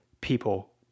people